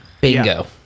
Bingo